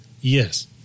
Yes